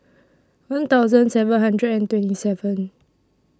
one thousand seven hundred and twenty seven